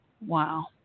Wow